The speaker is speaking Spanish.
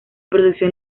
producción